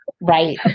right